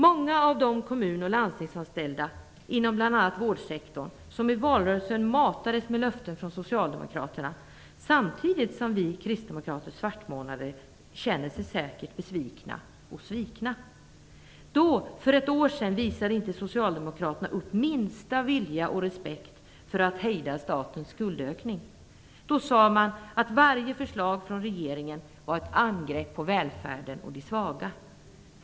Många av de kommun och landstingsanställda inom bl.a. vårdsektorn som i valrörelsen matades med löften från Socialdemokraterna, samtidigt som vi kristdemokrater svartmålades, känner sig säkert besvikna och svikna. Då, för ett år sedan, visade Socialdemokraterna inte minsta vilja och respekt för att hejda statens skuldökning. Då sade man att varje förslag från regeringen var ett angrepp på välfärden och de svaga.